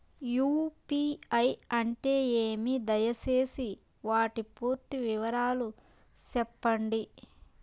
UPI అంటే ఏమి? దయసేసి వాటి పూర్తి వివరాలు సెప్పండి?